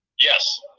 Yes